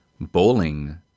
bowling